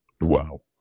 Wow